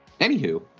Anywho